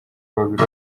babiri